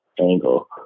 angle